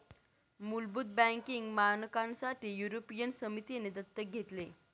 मुलभूत बँकिंग मानकांसाठी युरोपियन समितीने दत्तक घेतले